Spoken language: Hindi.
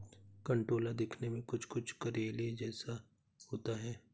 कंटोला दिखने में कुछ कुछ करेले जैसा होता है